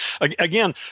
Again